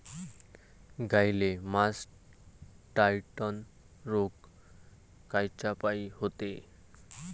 गाईले मासटायटय रोग कायच्यापाई होते?